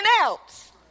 else